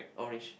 orange